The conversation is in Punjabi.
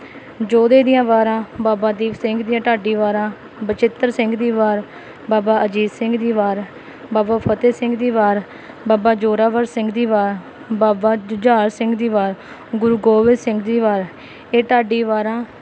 ਜੋਧੇ ਦੀਆਂ ਵਾਰਾਂ ਬਾਬਾ ਦੀਪ ਸਿੰਘ ਦੀਆਂ ਢਾਡੀ ਵਾਰਾਂ ਬਚਿੱਤਰ ਸਿੰਘ ਦੀ ਵਾਰ ਬਾਬਾ ਅਜੀਤ ਸਿੰਘ ਦੀ ਵਾਰ ਬਾਬਾ ਫਤਿਹ ਸਿੰਘ ਦੀ ਵਾਰ ਬਾਬਾ ਜ਼ੋਰਾਵਰ ਸਿੰਘ ਦੀ ਵਾਰ ਬਾਬਾ ਜੁਝਾਰ ਸਿੰਘ ਦੀ ਵਾਰ ਗੁਰੂ ਗੋਬਿੰਦ ਸਿੰਘ ਦੀ ਵਾਰ ਇਹ ਢਾਡੀ ਵਾਰਾਂ